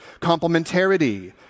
complementarity